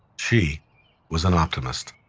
she was an optimist